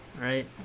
right